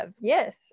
yes